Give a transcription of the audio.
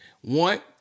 one